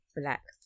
black